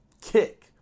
kick